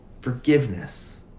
Forgiveness